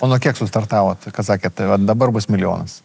o nuo kiek sustartavot kad sakėt tai vat dabar bus milijonas